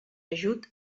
ajut